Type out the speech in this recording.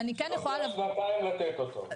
לוקח שנתיים לתת אותו.